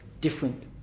different